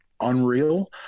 unreal